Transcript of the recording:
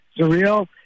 surreal